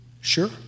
Sure